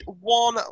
one